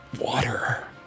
Water